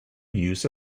use